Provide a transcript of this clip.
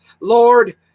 Lord